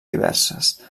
diverses